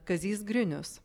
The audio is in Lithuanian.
kazys grinius